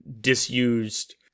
disused